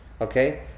okay